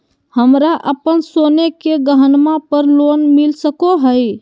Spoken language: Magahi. हमरा अप्पन सोने के गहनबा पर लोन मिल सको हइ?